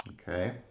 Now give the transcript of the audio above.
Okay